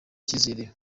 icyizere